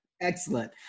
Excellent